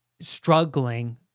struggling